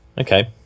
Okay